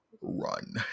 run